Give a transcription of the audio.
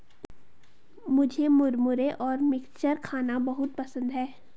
मुझे मुरमुरे और मिक्सचर खाना बहुत पसंद है